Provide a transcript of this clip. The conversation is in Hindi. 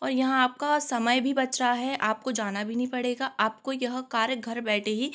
और यहाँ आपका समय भी बच रहा है आपको जाना भी नहीं पड़ेगा आपको यह कार्य घर बैठे ही